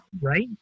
right